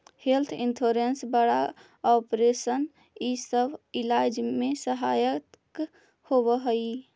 health insurance बड़ा operation इ सब इलाज में सहायक होवऽ हई